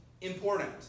important